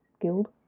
Guild